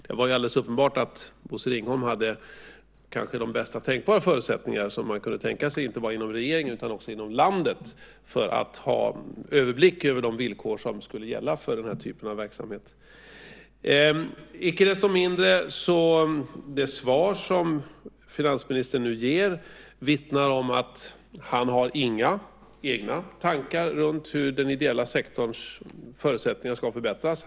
Det var alldeles uppenbart att Bosse Ringholm hade de kanske allra bästa tänkbara förutsättningar man kan tänka sig, inte bara inom regeringen utan också inom landet, för att ha en överblick över de villkor som skulle gälla för den här typen av verksamhet. Icke desto mindre vittnar det svar som finansministern nu ger om att han inte har några egna tankar om hur den ideella sektorns förutsättningar ska förbättras.